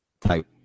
type